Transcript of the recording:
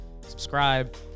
subscribe